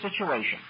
situation